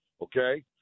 okay